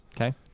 Okay